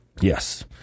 Yes